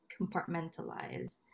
compartmentalize